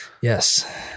Yes